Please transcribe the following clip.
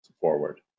forward